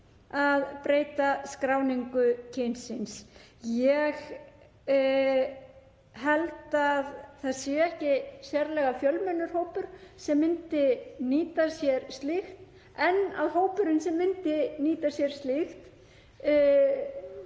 að breyta skráningu kyns síns. Ég held að það sé ekki sérlega fjölmennur hópur sem myndi nýta sér slíkt en að hópurinn sem myndi nýta sér slíkt